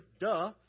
Duh